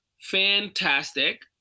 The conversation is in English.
fantastic